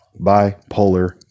Bipolar